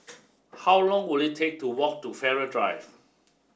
how long will it take to walk to Farrer Drive